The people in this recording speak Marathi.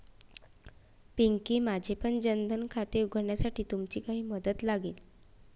पिंकी, माझेपण जन धन खाते उघडण्यासाठी तुमची काही मदत लागेल